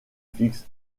fix